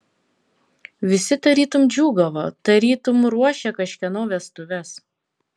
visi tarytum džiūgavo tarytum ruošė kažkieno vestuves